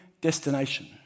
destination